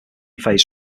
phase